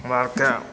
हमरा आरके